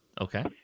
Okay